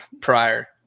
prior